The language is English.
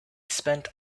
spent